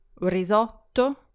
risotto